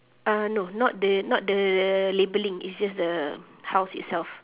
uh no not the not the labelling is just the house itself